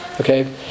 Okay